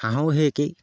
হাঁহৰো সেই একেই